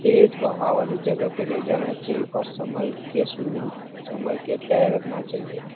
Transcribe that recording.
तेज बहाव वाले जगह पर नहीं जाना चाहिए और संभल के स्विमिंग संभल के तैरना चाहिए